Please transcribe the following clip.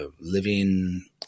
living